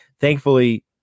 thankfully